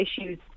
issues